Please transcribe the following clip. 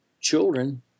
children